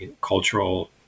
cultural